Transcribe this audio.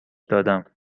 دادم